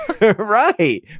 right